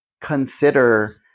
consider